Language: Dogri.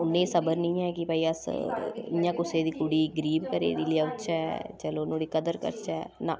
उनेंई सब्र नी ऐ भाई अस इ'यां कुसै दी कुड़ी गरीब घरै दी लेई औचै चलो नुहाड़ी कदर करचै ना